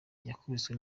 yakubiswe